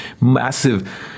massive